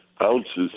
ounces